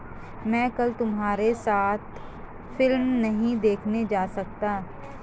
मैं कल तुम्हारे साथ फिल्म नहीं देखने जा सकता